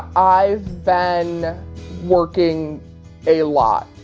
i've been working a lot,